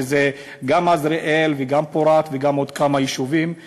שזה גם עזריאל וגם פורת וגם עוד כמה יישובים,